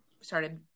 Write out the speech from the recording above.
started